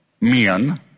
men